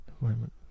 Environment